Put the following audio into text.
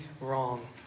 wrong